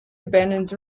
abandons